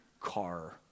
Car